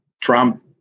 Trump